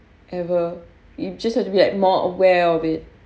ever you just has to be like more aware of it